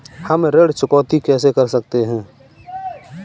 हम ऋण चुकौती कैसे कर सकते हैं?